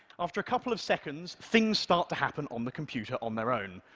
after a couple of seconds, things start to happen on the computer on their own,